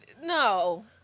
No